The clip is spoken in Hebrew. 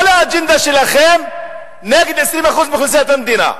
כל האג'נדה שלכם נגד 20% מאוכלוסיית המדינה.